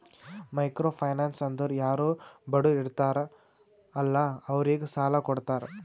micro finance ಅಂದುರ್ ಯಾರು ಬಡುರ್ ಇರ್ತಾರ ಅಲ್ಲಾ ಅವ್ರಿಗ ಸಾಲ ಕೊಡ್ತಾರ್